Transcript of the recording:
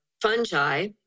fungi